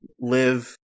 live